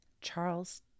Charles